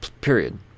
period